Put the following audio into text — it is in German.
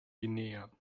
guinea